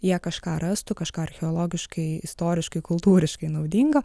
jie kažką rastų kažką archeologiškai istoriškai kultūriškai naudingo